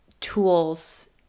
tools